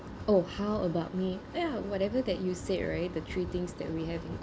oh how about me ya whatever that you said right the three things that we have in